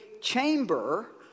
chamber